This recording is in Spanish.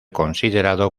considerado